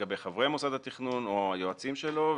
חברי מוסד התכנון או היועצים שלו,